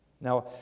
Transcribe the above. Now